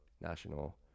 national